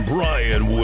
Brian